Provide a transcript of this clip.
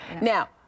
Now